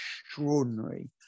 extraordinary